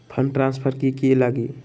Fund transfer कि की लगी?